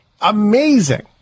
Amazing